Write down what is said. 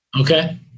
Okay